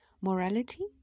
Morality